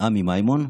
עמי מימון".